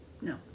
No